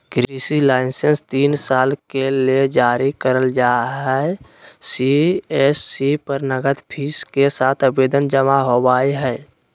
कृषि लाइसेंस तीन साल के ले जारी करल जा हई सी.एस.सी पर नगद फीस के साथ आवेदन जमा होवई हई